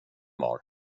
var